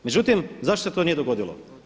Međutim, zašto se to nije dogodilo?